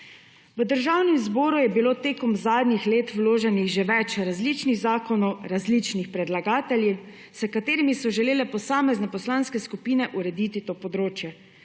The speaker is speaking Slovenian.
V državnem zboru je bilo tekom zadnjih let vloženih že več različnih zakonov različnih predlagateljev s katerimi so želel posamezne poslanske skupine urediti to področje,